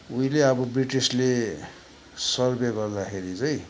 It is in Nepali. उहिले अब ब्रिटिसले सर्वे गर्दाखेरि चाहिँ